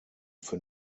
für